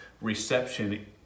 reception